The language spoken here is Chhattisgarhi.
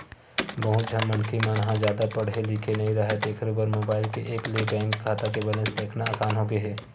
बहुत झन मनखे मन ह जादा पड़हे लिखे नइ राहय तेखरो बर मोबईल के ऐप ले बेंक खाता के बेलेंस देखना असान होगे हे